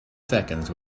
seconds